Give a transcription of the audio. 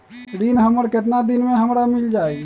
ऋण हमर केतना दिन मे हमरा मील जाई?